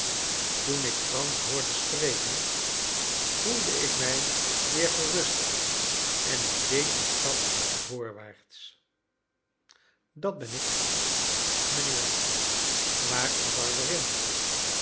toen ik fransch hoorde spreken voelde ik mij weer geruster en ik deed een stap voorwaarts dat ben ik mijnheer waar is